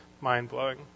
mind-blowing